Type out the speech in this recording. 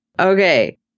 Okay